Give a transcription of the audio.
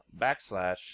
backslash